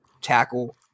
tackle